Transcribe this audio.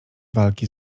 walki